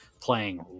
playing